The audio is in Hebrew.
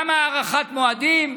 גם הארכת מועדים.